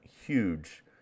huge